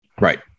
Right